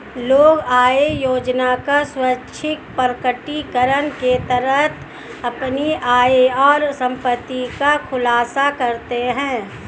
लोग आय योजना का स्वैच्छिक प्रकटीकरण के तहत अपनी आय और संपत्ति का खुलासा करते है